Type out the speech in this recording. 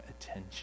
attention